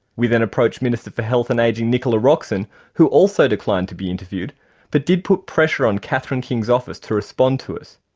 we then approached the minister for health and ageing nicola roxon who also declined to be interviewed but did put pressure on catherine king's office to respond to us.